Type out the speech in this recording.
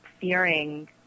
fearing